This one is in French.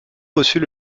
reçut